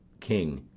king.